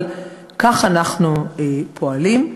אבל כך אנחנו פועלים.